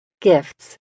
Gifts